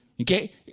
Okay